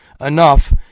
enough